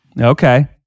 Okay